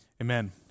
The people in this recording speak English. Amen